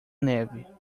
neve